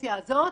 הקדנציה הזאת